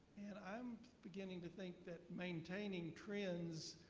and i'm beginning to think that maintaining trends,